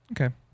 Okay